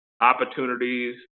opportunities